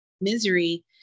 misery